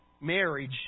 marriage